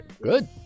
good